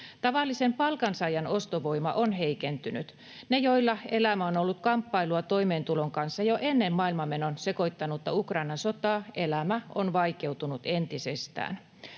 Tavallisen palkansaajan ostovoima on heikentynyt. Ne, joilla elämä on ollut kamppailua toimeentulon kanssa jo ennen maailmanmenon sekoittanutta Ukrainan sotaa, elämä on vaikeutunut entisestään.